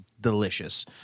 delicious